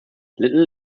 little